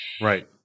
Right